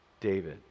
David